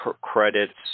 credits